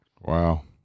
Wow